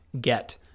get